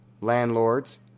landlords